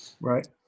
Right